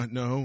no